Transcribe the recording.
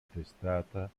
testata